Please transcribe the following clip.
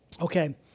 okay